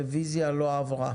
הרוויזיה לא אושרה.